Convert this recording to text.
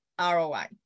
ROI